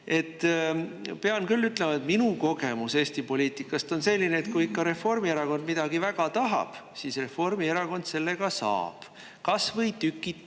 ja pean küll ütlema, et minu kogemus Eesti poliitikast on selline, et kui Reformierakond ikka midagi väga tahab, siis Reformierakond selle ka saab, kas või tükid taga,